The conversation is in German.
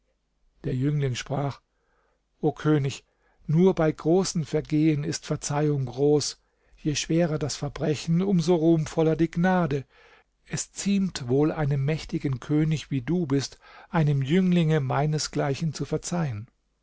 der jüngling sprach o könig nur bei großen vergehen ist verzeihung groß je schwerer das verbrechen um so ruhmvoller die gnade es ziemt wohl einem mächtigen könig wie du bist einem jünglinge meinesgleichen zu verzeihen